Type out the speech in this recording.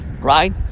Right